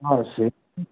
ହଁ ସେ